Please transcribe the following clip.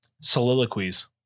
soliloquies